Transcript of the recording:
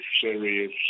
serious